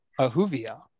Ahuvia